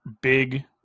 big